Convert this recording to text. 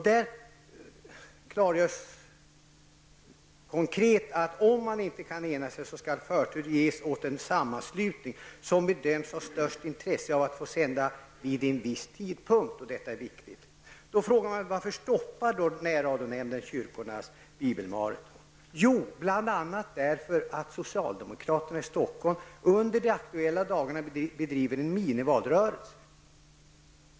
Därav klargörs konkret att om man inte kan enas skall förtur ges åt den sammanslutning som bedöms ha störst intresse av att få sända vid en viss tidpunkt. Det är viktigt. Frågan blir då varför närradionämnden stoppar kyrkornas bibelmaraton? Jo, bl.a. därför att socialdemokraterna i Stockholm under de aktuella dagarna skall bedriva en minivalrörelse.